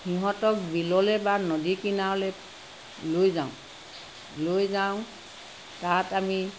সিহঁতক বিললে বা নদী কিনাৰলৈ লৈ যাওঁ লৈ যাওঁ তাত আমি